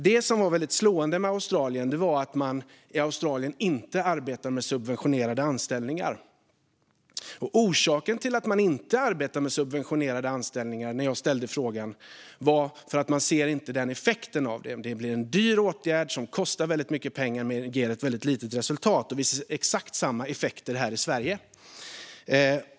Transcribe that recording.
Det som var väldigt slående med Australien var att man där inte arbetar med subventionerade anställningar. Orsaken till att man inte gör det är att man inte ser den effekt man vill ha. Det blir en dyr åtgärd. Den kostar väldigt mycket pengar, men den ger ett litet resultat. Vi ser exakt samma effekter här i Sverige.